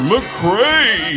McRae